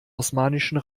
osmanischen